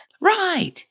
Right